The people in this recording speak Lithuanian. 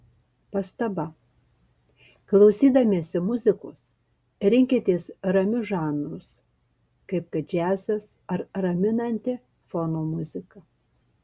pastaba klausydamiesi muzikos rinkitės ramius žanrus kaip kad džiazas ar raminanti fono muzika